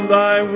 Thy